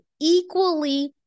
equally